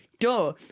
Duh